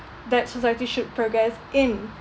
that society should progress in